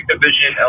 Division